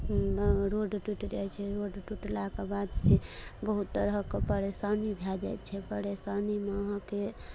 road टूटि जाइ छै रोड टुटलाके बाद से बहुत तरहके परेशानी भए जाइ छै परेशानीमे अहाँके